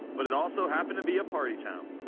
but it also happened to be party town.